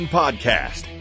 podcast